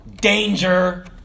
danger